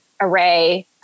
array